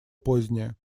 позднее